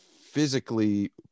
physically